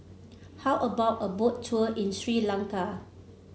how about a Boat Tour in Sri Lanka